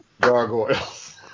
Gargoyles